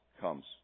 comes